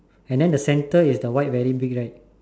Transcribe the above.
and then the center is the white very big right